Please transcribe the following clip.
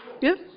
Yes